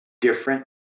different